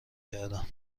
کردم